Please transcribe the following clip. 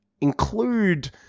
include